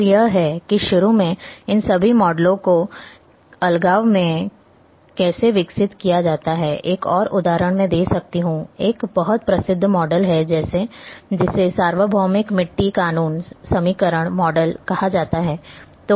और यह है कि शुरू में इन सभी मॉडलों को अलगाव में कैसे विकसित किया जाता है एक और उदाहरण मैं दे सकता हूं एक बहुत प्रसिद्ध मॉडल है जिसे सार्वभौमिक मिट्टी कानून समीकरण मॉडल कहा जाता है